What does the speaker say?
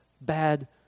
bad